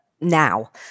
now